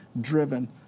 driven